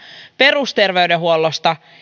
perusterveydenhuollosta